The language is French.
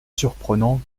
surprenant